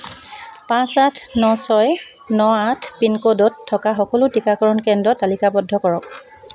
পাঁচ আঠ ন ছয় ন আঠ পিনক'ডত থকা সকলো টীকাকৰণ কেন্দ্ৰ তালিকাবদ্ধ কৰক